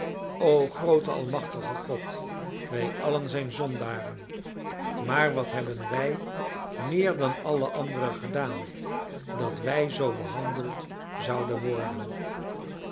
o groote almachtige god wij allen zijn zondaren maar wat hebben wij meer dan alle anderen gedaan dat wij zoo behandeld zouden worden